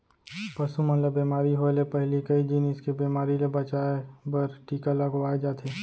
पसु मन ल बेमारी होय ले पहिली कई जिनिस के बेमारी ले बचाए बर टीका लगवाए जाथे